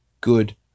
Good